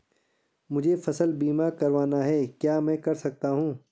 मुझे फसल बीमा करवाना है क्या मैं कर सकता हूँ?